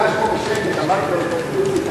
ניגשתי בשקט ואמרתי לו: עוזי,